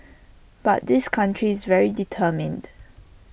but this country is very determined